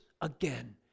again